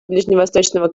ближневосточного